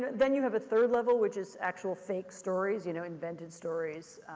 but then you have a third level, which is actual fake stories, you know, invented stories,